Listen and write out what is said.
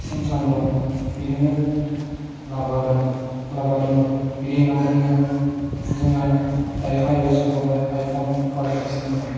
Samsung दं बिदिनो लाभा दं लाभा दङ बेनि उनाव दङ जोंहा दायो आइअएस ओंखारबाय आइफन अपारेटिं सिस्टेम होन्नानै